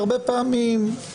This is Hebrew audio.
שקיימנו בנושא לא היה.